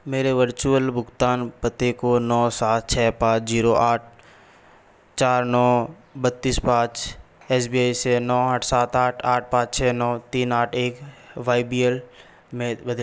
मेरे वर्चुअल भुगतान पते को नौ सात छः पाँच जीरो आठ चार नौ बत्तीस पाँच एस बी आई से नौ आठ सात आठ आठ पाँच छः नौ तीन आठ एक वाई बी एल में बदलें